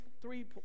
three